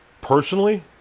Personally